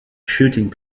shooting